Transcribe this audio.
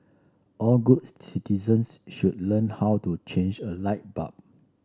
all good citizens should learn how to change a light bulb